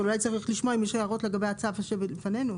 אבל אולי צריך לשמוע האם יש הערות לגבי הצו שנמצא בפנינו.